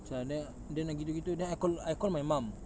macam then then ah gitu gitu then ah I call I call my mum